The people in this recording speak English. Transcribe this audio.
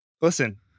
listen